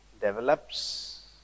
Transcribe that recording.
develops